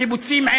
קיבוצים,